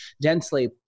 densely